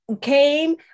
came